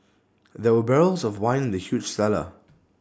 there were barrels of wine in the huge cellar